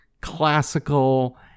classical